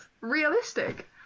realistic